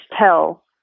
tell